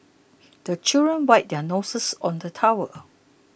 the children wipe their noses on the towel